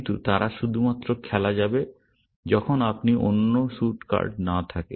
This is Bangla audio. কিন্তু তারা শুধুমাত্র খেলা যাবে যখন আপনি অন্য স্যুট কার্ড না থাকে